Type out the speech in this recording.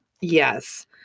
Yes